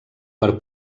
per